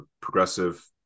progressive